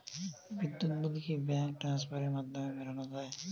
বিদ্যুৎ বিল কি ব্যাঙ্ক ট্রান্সফারের মাধ্যমে মেটানো য়ায়?